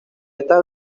estas